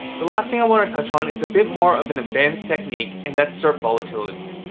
the last thing i want to touch on is a bit more of an advanced technique, and that's serp volatility.